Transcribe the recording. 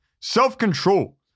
self-control